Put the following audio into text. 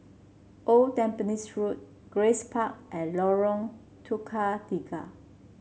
Old Tampines Road Grace Park and Lorong Tukang Tiga